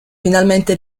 finalmente